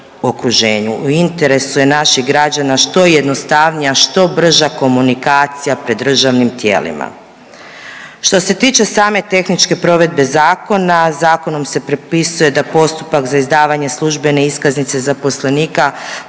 U interesu je naših građana što jednostavnija, što brža komunikacija pred državnim tijelima. Što se tiče same tehničke provedbe zakona, zakonom se propisuje da postupak za izdavanje službene iskaznice zaposlenika pokreće